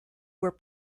were